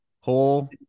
whole